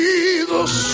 Jesus